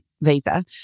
visa